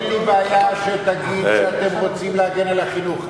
אין לי בעיה שתגיד שאתם רוצים להגן על החינוך.